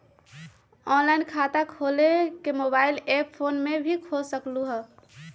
Online खाता खोले के मोबाइल ऐप फोन में भी खोल सकलहु ह?